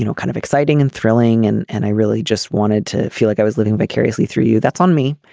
you know kind of exciting and thrilling and and i really just wanted to feel like i was living vicariously through you. that's on me.